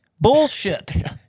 bullshit